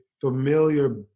familiar